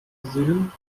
gesehen